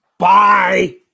Bye